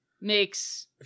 makes